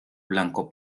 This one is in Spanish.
blanco